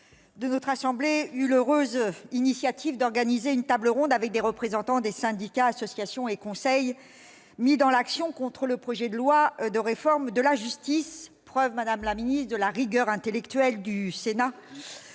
de notre assemblée eut l'heureuse initiative d'organiser une table ronde avec des représentants des syndicats, des associations et des conseils engagés dans l'action contre le projet de loi de réforme de la justice. Voyez-y la preuve, madame la ministre, de la rigueur intellectuelle du Sénat,